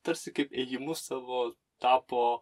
tarsi kaip ėjimu savo tapo